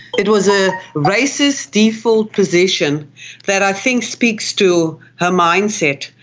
it was a racist default position that i think speaks to her mindset,